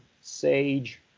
sage